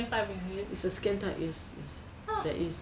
it's the scan type yes yes there is